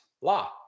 law